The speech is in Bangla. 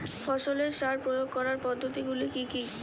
ফসলের সার প্রয়োগ করার পদ্ধতি গুলো কি কি?